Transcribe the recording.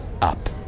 up